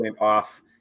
off